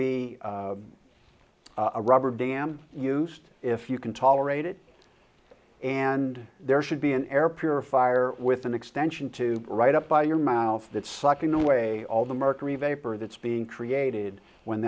be a rubber band used if you can tolerate it and there should be an air purifier with an extension to write up by your mouth that sucking away all the mercury vapor that's being created when